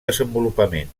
desenvolupament